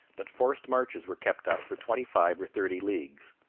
but forced marches were kept up for twenty-five or thirty leagues.